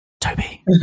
Toby